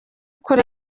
kuri